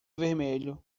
vermelho